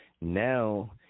now